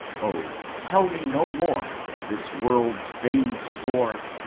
oh, tell me no more of this world's vain store.